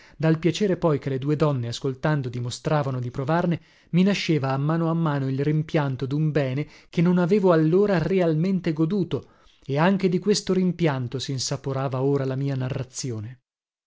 dal piacere poi che le due donne ascoltando dimostravano di provarne mi nasceva a mano a mano il rimpianto dun bene che non avevo allora realmente goduto e anche di questo rimpianto sinsaporava ora la mia narrazione